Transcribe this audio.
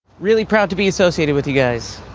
really proud to be associated with you guys.